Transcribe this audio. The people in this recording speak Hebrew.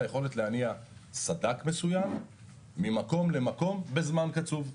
היכולת להניע סד"כ מסוים ממקום למקום בזמן קצוב,